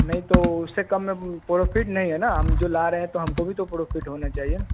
नहीं तो उससे कम में परोफिट नहीं है ना हम जो ला रहे हैं तो हमको भी तो परोफिट होना चाहिए ना